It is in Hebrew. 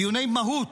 דיוני מהות,